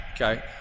Okay